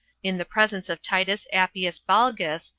in the presence of titus appius balgus,